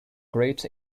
great